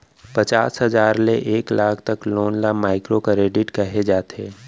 पचास हजार ले एक लाख तक लोन ल माइक्रो करेडिट कहे जाथे